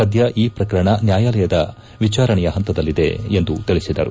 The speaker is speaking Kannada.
ಸದ್ಲ ಈ ಪ್ರಕರಣ ನ್ಯಾಯಾಲಯದ ವಿಚಾರಣೆಯ ಹಂತದಲ್ಲಿದೆ ಎಂದು ತಿಳಿಸಿದರು